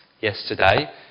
yesterday